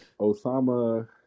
Osama